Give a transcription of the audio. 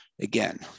again